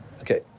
Okay